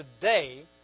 today